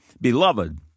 Beloved